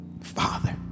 Father